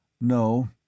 No